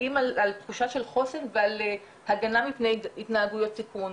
משפיעים על תחושה של חוסן ועל הגנה מפני התנהגויות סיכון.